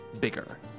bigger